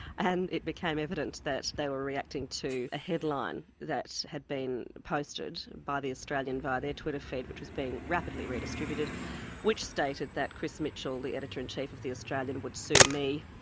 and it became evident that they were reacting to a headline that had been posted by the australian via their twitter feed which was being rapidly redistributed which stated that chris mitchell, the editor-in-chief of the australian would sue me,